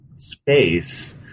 space